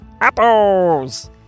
apples